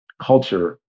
culture